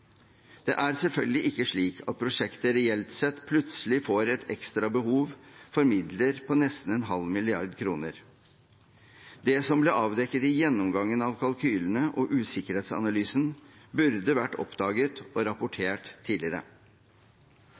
er selvfølgelig ikke slik at prosjektet reelt sett plutselig får et ekstra behov for midler på nesten en halv milliard kroner. Det som ble avdekket i gjennomgangen av kalkylene og usikkerhetsanalysen, burde vært oppdaget og rapportert tidligere.